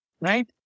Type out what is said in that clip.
Right